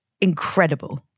incredible